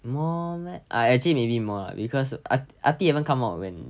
more meh I actually maybe more lah because ah ah di haven't come out when